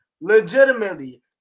legitimately